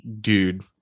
dude